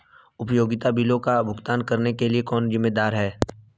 उपयोगिता बिलों का भुगतान करने के लिए कौन जिम्मेदार है?